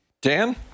Dan